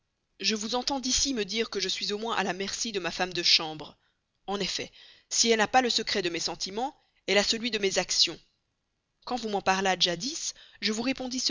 je vous entends d'ici me dire que je suis au moins à la merci de ma femme de chambre en effet si elle n'a pas le secret de mes sentiments elle a celui de mes actions quand vous m'en parlâtes jadis je vous répondis